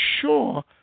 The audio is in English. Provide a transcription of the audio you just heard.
sure